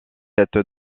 cette